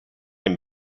and